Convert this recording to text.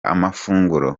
amafunguro